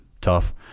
tough